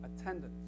attendance